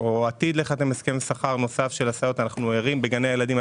עתיד להיחתם הסכם שכר נוסף של הסייעות בגני הילדים.